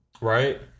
Right